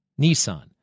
Nissan